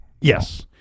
Yes